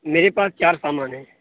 میرے پاس چار سامان ہیں